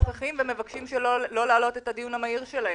חברי הכנסת לא נוכחים ומבקשים שלא להעלות את הדיון המהיר שלהם.